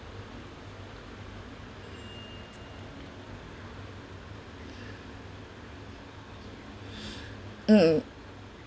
mm